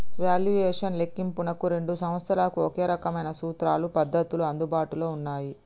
valuation లెక్కింపునకు రెండు సంస్థలకు ఒకే రకమైన సూత్రాలు, పద్ధతులు అందుబాటులో ఉన్నయ్యి